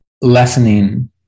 lessening